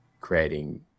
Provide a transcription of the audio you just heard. creating